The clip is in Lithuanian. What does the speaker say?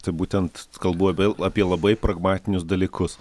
tai būtent kalbu apie apie labai pragmatinius dalykus